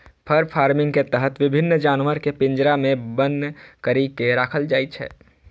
फर farming के तहत विभिन्न जानवर कें पिंजरा मे बन्न करि के राखल जाइ छै